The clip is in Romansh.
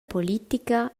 politica